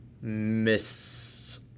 Miss